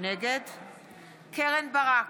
קרן ברק,